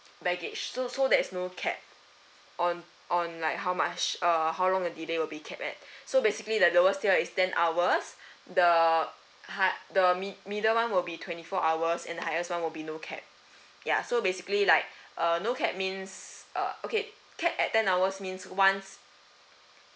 baggage so so that is no cap on on like how much uh how long a delay will be cap at so basically the lowest tier is ten hours the high the mid middle one will be twenty four hours and the highest one will be no cap ya so basically like uh no cap means uh okay cap at ten hours means once